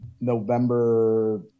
november